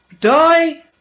die